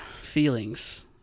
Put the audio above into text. feelings